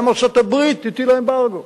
גם ארצות-הברית הטילה אמברגו,